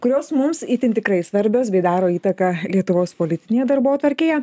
kurios mums itin tikrai svarbios bei daro įtaką lietuvos politinėje darbotvarkėje